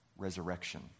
resurrection